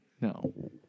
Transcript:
No